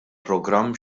programm